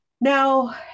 Now